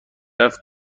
رفت